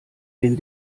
den